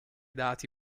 dati